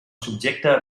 subjecte